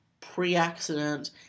pre-accident